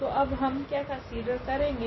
तो अब हम क्या कन्सिडर करेगे